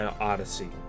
odyssey